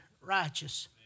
righteous